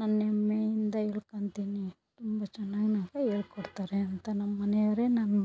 ನಾನು ಹೆಮ್ಮೆಯಿಂದ ಹೇಳ್ಕಂತಿನಿ ತುಂಬ ಚೆನ್ನಾಗ್ ನಮಗೆ ಹೇಳ್ಕೊಡ್ತಾರೆ ಅಂತ ನಮ್ಮಮನೆಯವ್ರೇ ನಮ್ಗೆ